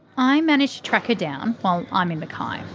i manage to track her down while i'm in mackay. um